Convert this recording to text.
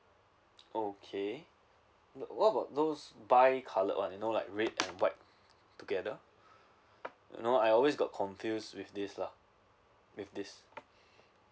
okay what about those bi colour one you know like red and white together you know I always got confused with this lah with this